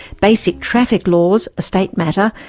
basic traffic laws, a state matter,